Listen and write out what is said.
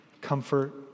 comfort